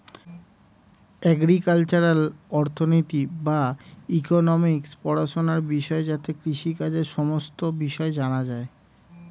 agricultural অর্থনীতি বা economics পড়াশোনার বিষয় যাতে কৃষিকাজের সমস্ত বিষয় জানা যায়